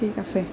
ঠিক আছে